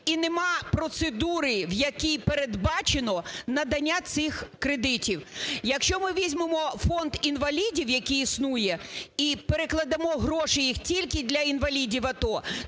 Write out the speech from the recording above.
І нема процедури, в якій передбачено надання цих кредитів. Якщо ми візьмемо фонд інвалідів, який існує, і перекладемо гроші їх тільки для інвалідів АТО,